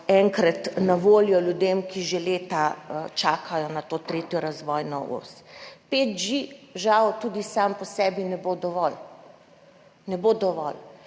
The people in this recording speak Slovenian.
enkrat na voljo ljudem, ki že leta čakajo na to 3. razvojno os. 5G žal tudi sam po sebi ne bo dovolj. Ne bo dovolj.